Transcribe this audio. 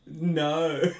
No